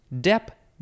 Dep